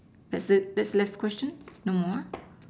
that's it that's the last question no more